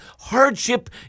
hardship